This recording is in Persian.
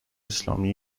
اسلامی